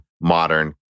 modern